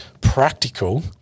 practical